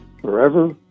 forever